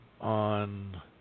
on